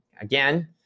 again